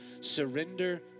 surrender